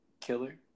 killer